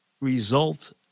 result